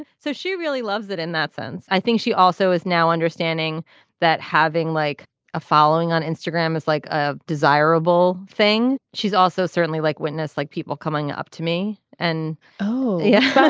so she really loves it in that sense. i think she also is now understanding that having like a following on instagram is like a desirable thing. she's also certainly like witness like people coming up to me and oh yeah